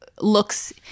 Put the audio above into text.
looks